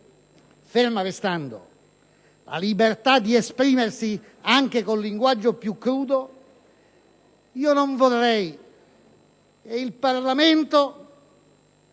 ferma restando la libertà di esprimersi anche con linguaggio più crudo, non vorrei che il Parlamento